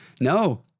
No